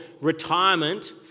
retirement